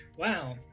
Wow